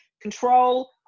control